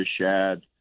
shad